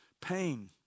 pain